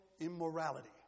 immorality